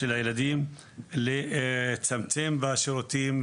שילדים לצמצם בשירותים,